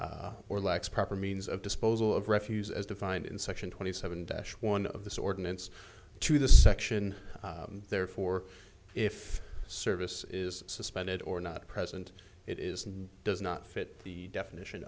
language or lacks proper means of disposal of refuse as defined in section twenty seven dash one of this ordinance to the section and therefore if service is suspended or not present it is and does not fit the definition